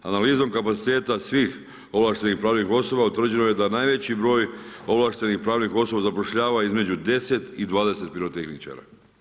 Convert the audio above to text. Analizom kapaciteta svih ovlaštenih pravnih osoba, utvrđeno je da najveći broj ovlaštenih pravnih osoba zapošljava između 10 i 12 pirotehničara.